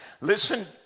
Listen